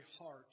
heart